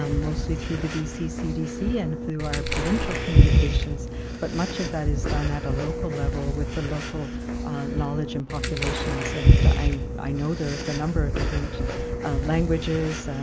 um mostly through the bc cdc and through ah provincial communications but much of that is done at a local level with local knowledge and populations. and i i know there's a number of different languages,